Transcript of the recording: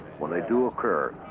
when they do occur,